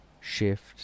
shift